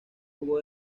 jugó